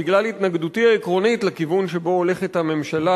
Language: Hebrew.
בגלל התנגדותי העקרונית לכיוון שבו הולכת הממשלה